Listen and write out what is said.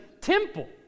temple